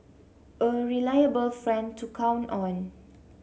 a reliable friend to count on